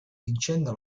vincendo